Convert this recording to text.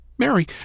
Mary